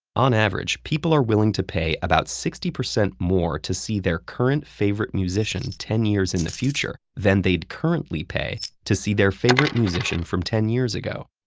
on average, people are willing to pay about sixty percent more to see their current favorite musician ten years in the future than they'd currently pay to see their favorite musician from ten years ago.